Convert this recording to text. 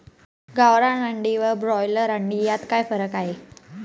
गावरान अंडी व ब्रॉयलर अंडी यात काय फरक आहे?